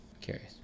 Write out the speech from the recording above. Curious